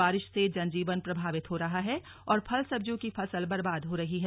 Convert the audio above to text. बारिश से जनजीवन प्रभावित हो रहा है और फल सब्जियों की फसल बर्बाद हो रही है